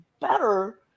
better